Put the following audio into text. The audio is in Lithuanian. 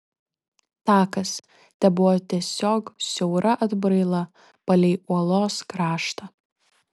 takas tebuvo tiesiog siaura atbraila palei uolos kraštą